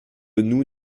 nous